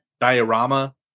diorama